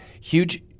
huge